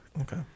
Okay